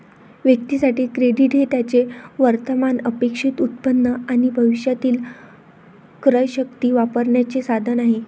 व्यक्तीं साठी, क्रेडिट हे त्यांचे वर्तमान अपेक्षित उत्पन्न आणि भविष्यातील क्रयशक्ती वापरण्याचे साधन आहे